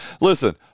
listen